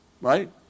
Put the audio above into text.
right